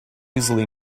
usually